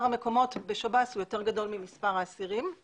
המקומות בשב"ס הוא גדול יותר ממספר האסירים.